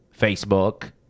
Facebook—